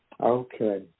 Okay